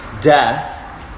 death